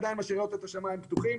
עדיין משאירות את השמים פתוחים.